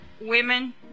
Women